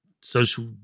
Social